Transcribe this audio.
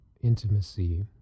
intimacy